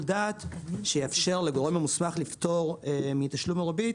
דעת שיאפשר לגורם המוסמך לפטור מתשלום ריבית